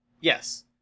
Yes